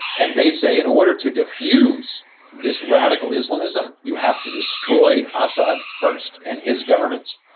and they say in order to defuse this radical islamism you have to destroy assad first and his government,